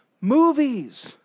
movies